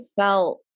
felt